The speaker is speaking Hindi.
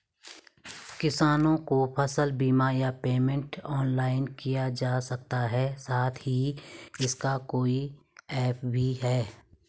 किसानों को फसल बीमा या पेमेंट ऑनलाइन किया जा सकता है साथ ही इसका कोई ऐप भी है?